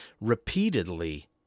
repeatedly